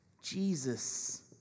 Jesus